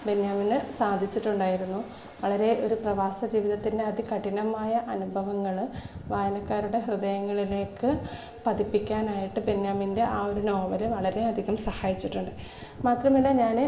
ബെന്യാമിന് സാധിച്ചിട്ടുണ്ടായിരുന്നു വളരെ ഒരു പ്രവാസ ജീവിതത്തിൻ്റെ അധികഠിനമായ അനുഭവങ്ങൾ വായനക്കാരുടെ ഹൃദയങ്ങളിലേക്ക് പതിപ്പിക്കാനായിട്ട് ബെന്യാമിൻ്റെ ആ ഒരു നോവൽ വളരെയധികം സഹായിച്ചിട്ടുണ്ട് മാത്രമല്ല ഞാൻ